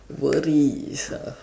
worries ah